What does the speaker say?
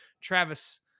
Travis